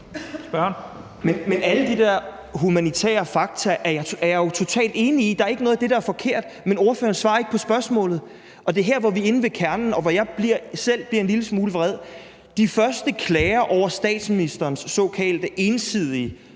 Men alle de der humanitære fakta er jeg totalt enig i, og der er ikke noget af det, der er forkert. Men ordføreren svarer ikke på spørgsmålet, og det er her, vi er inde ved kernen, og hvor jeg selv bliver en lille smule vred. De første klager over statsministerens såkaldt ensidige